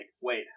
wait